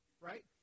right